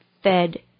fed